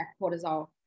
cortisol